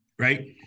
right